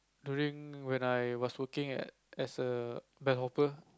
during when I was looking at as a